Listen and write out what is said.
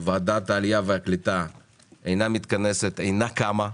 שוועדת העלייה והקליטה אינה מתכנסת, אינה קמה.